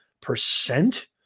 percent